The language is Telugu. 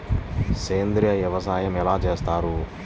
సేంద్రీయ వ్యవసాయం ఎలా చేస్తారు?